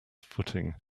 footing